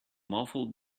muffled